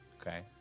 Okay